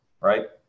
right